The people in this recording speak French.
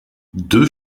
deux